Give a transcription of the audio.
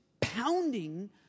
pounding